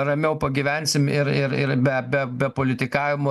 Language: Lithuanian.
ramiau pagyvensim ir ir ir be be be politikavimo